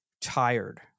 tired